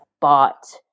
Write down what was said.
bought